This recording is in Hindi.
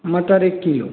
मटर एक किलो